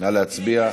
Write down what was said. נא להצביע.